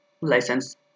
license